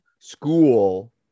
school